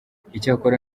icyakora